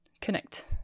connect